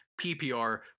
PPR